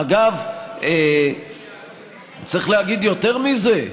אגב, צריך להגיד יותר מזה.